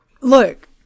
Look